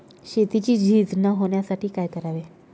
शेतीची झीज न होण्यासाठी काय करावे?